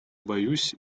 боюсь